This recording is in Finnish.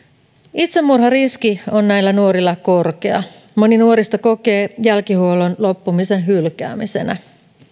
itsemurhariski on näillä nuorilla korkea moni nuorista kokee jälkihuollon loppumisen hylkäämisenä